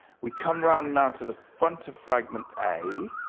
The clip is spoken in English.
we come round now to the front of fragment a.